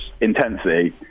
intensity